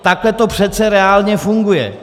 Takhle to přece reálně funguje!